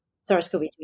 SARS-CoV-2